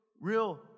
real